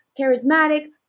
charismatic